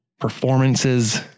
performances